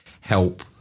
help